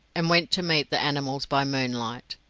and went to meet the animals by moonlight.